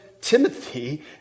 Timothy